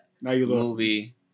movie